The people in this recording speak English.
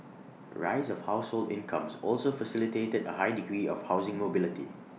rise of household incomes also facilitated A high degree of housing mobility